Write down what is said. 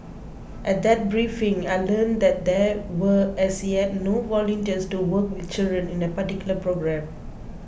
at that briefing I learnt that there were as yet no volunteers to work with children in a particular programme